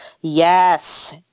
Yes